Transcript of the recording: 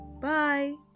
bye